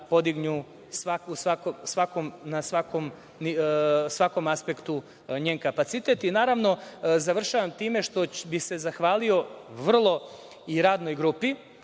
podignu na svakom aspektu njen kapacitet. Završavam time što bih se zahvalio vrlo i radnoj grupi,